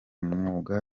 mwuga